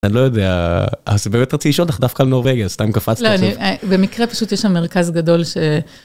אני לא יודע, באמת רציתי לשאול איך דווקא נרווגיה, סתם קפצתי עכשיו. לא, אני, במקרה פשוט יש שם מרכז גדול ש...